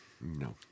No